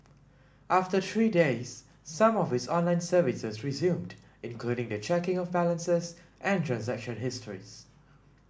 after three days some of its online services resumed including the checking of balances and transaction histories